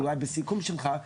אולי בסיכום שלך,